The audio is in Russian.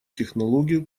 технологию